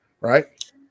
right